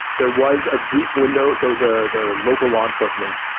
there was a brief window. so the the local law enforcement,